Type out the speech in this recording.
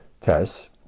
tests